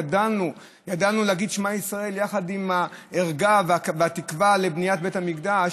גדלתי להגיד "שמע ישראל" יחד עם הערגה והתקווה לבניית בית המקדש,